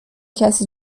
کسی